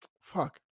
fuck